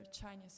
Chinese